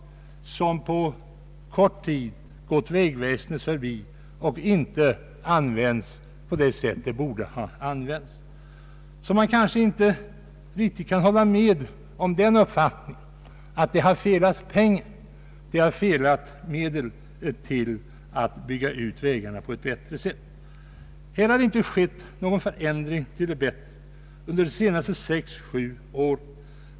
Det beloppet har på kort tid gått vägväsendet förbi och inte använts på det sätt som det borde ha använts på. Man kan därför kanske inte riktigt dela den uppfattningen att det har fattats medel till att bygga ut vägarna på ett bättre sätt. Under de senaste sex å sju åren har inte skett någon förändring till det bättre.